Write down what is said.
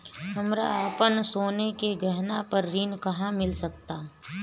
हमरा अपन सोने के गहना पर ऋण कहां मिल सकता?